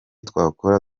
twakora